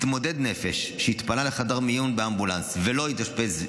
מתמודד נפש שהתפנה לחדר מיון באמבולנס ולא התאשפז,